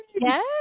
Yes